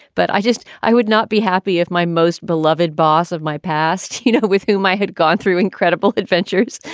but i just i would not be happy if my most beloved boss of my past. you know, with whom i had gone through incredible adventures,